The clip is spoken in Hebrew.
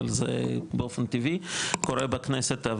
אבל זה באופן טבעי קורה בכנסת,